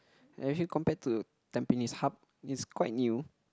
actually compared to tampines Hub is quite new